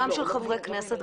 גם של חברי כנסת,